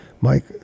Mike